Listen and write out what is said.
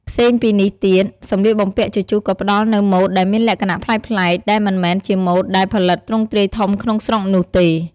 ផ្សេងពីនេះទៀត សម្លៀកបំពាក់ជជុះក៏ផ្ដល់នូវម៉ូដដែលមានលក្ខណៈប្លែកៗ ដែលមិនមែនជាម៉ូដដែលផលិតទ្រង់ទ្រាយធំក្នុងស្រុកនោះទេ។